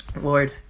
Lord